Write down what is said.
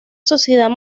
sociedad